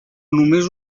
només